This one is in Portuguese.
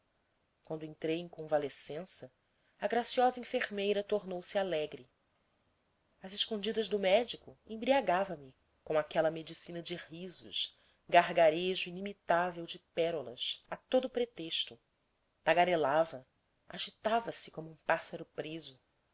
quando entrei em convalescença a graciosa enfermeira tornou-se alegre às escondidas do médico embriagava me com aquela medicina de risos gargarejo inimitável de pérolas a todo pretexto tagarelava agitava-se como um pássaro preso